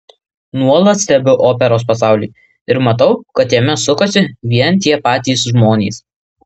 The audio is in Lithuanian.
nuolat stebiu operos pasaulį ir matau kad jame sukasi vien tie patys žmonės